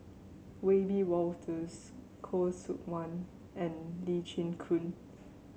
Wiebe Wolters Khoo Seok Wan and Lee Chin Koon